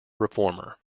reformer